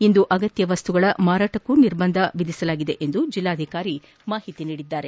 ಇಂದು ಅಗತ್ಯ ವಸ್ತುಗಳ ಮಾರಾಟಕ್ಕೂ ನಿರ್ಬಂಧ ವಿಧಿಸಲಾಗಿದೆ ಎಂದು ಜಿಲ್ಲಾಧಿಕಾರಿ ತಿಳಿಸಿದ್ದಾರೆ